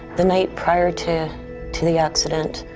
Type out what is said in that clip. the night prior to to the accident,